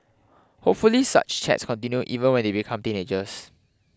hopefully such chats continue even when they become teenagers